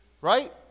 Right